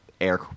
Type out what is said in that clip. air